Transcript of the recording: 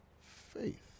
faith